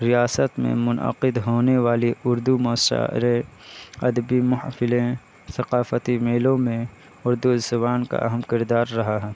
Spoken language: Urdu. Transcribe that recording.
ریاست میں منعقد ہونے والی اردو مشاعرے ادبی محفلیں ثقافتی میلوں میں اردو زبان کا اہم کردار رہا ہے